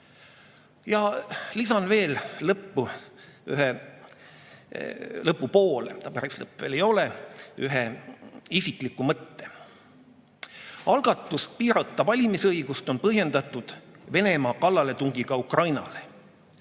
lisan veel lõppu – lõpu poole, päris lõpp veel ei ole – ühe isikliku mõtte. Algatust piirata valimisõigust on põhjendatud Venemaa kallaletungiga Ukrainale.